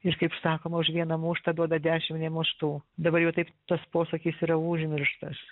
ir kaip sakoma už vieną muštą duoda dešim nemuštų dabar jau taip tas posakis yra užmirštas